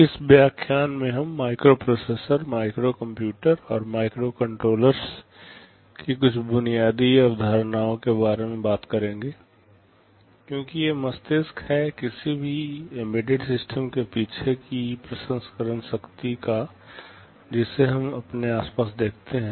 इस व्याख्यान में हम माइक्रोप्रोसेसर माइक्रोकंप्यूटर और माइक्रोकंट्रोलर्स की कुछ बुनियादी अवधारणाओं के बारे में बात करेंगे क्योंकि ये मस्तिष्क है किसी भी एम्बेडेड सिस्टम के पीछे की प्रसंस्करण शक्ति का जिसे हम अपने आसपास देखते हैं